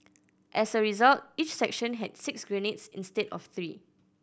as a result each section had six grenades instead of three